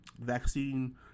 vaccine